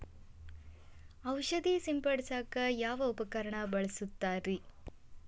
ಔಷಧಿ ಸಿಂಪಡಿಸಕ ಯಾವ ಉಪಕರಣ ಬಳಸುತ್ತಾರಿ?